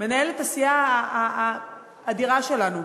מנהלת הסיעה האדירה שלנו.